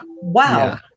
Wow